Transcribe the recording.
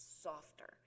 softer